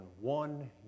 one